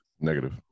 negative